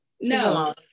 No